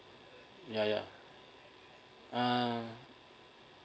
yeah yeah uh